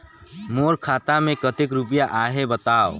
मोर खाता मे कतेक रुपिया आहे बताव?